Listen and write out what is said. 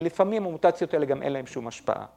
‫לפעמים המוטציות האלה ‫גם אין להם שום השפעה.